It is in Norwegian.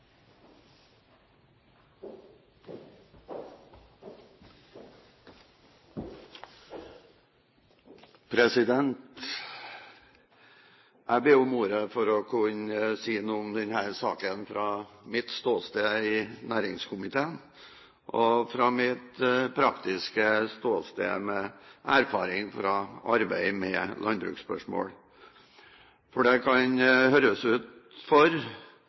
Jeg ber om ordet for å kunne si noe om denne saken fra mitt ståsted i næringskomiteen og fra mitt praktiske ståsted, med erfaring fra arbeidet med landbruksspørsmål. Det kan høres ut, fra opposisjonens side, som at hvis du ikke går inn for